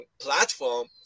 platform